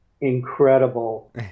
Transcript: incredible